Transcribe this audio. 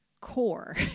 core